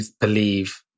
believe